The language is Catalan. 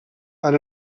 han